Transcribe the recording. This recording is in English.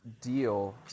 deal